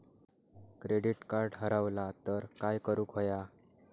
Credit card हरवला तर काय करुक होया?